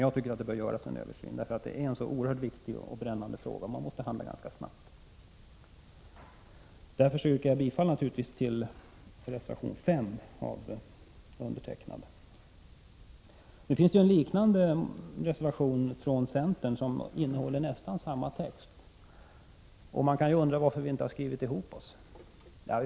Jag tycker att det bör göras en översyn, för detta är en oerhört viktig och brännande fråga och man måste handla snabbt. Därför yrkar jag bifall till reservation 5 undertecknad av mig själv. Det finns en reservation från centern som innehåller nästan samma text. Man kan undra varför vi inte skrivit en gemensam reservation.